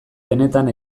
benetan